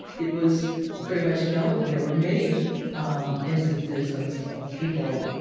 it was very much known. there were many um instances of of people,